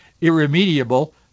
irremediable